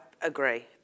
agree